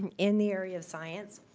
and in the area of science.